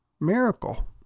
miracle